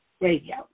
Radio